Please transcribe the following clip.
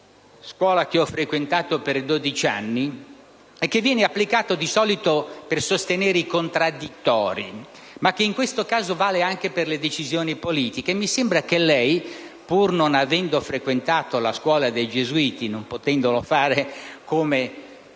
(scuola che ho frequentato per dodici anni) e che viene applicato di solito per sostenere i contraddittori, ma che in questo caso vale anche per le decisioni politiche (e mi sembra che lei, pur non avendo frequentato la scuola dei gesuiti, non potendolo fare come